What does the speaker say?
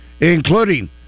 including